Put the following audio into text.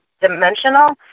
dimensional